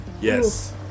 Yes